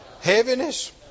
Heaviness